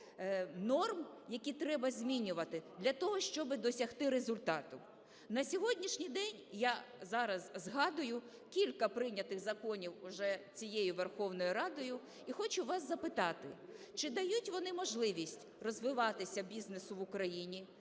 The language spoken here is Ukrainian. норм, які треба змінювати для того, щоб досягти результату. На сьогоднішній день, я зараз згадую кілька прийнятих законів уже цією Верховною Радою. І хочу вас запитати: чи дають вони можливість розвиватися бізнесу в Україні,